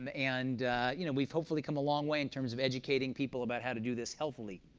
um and you know we've hopefully come a long way in terms of educating people about how to do this healthily.